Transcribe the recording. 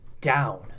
down